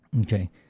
Okay